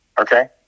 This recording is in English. Okay